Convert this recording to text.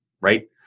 Right